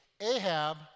Ahab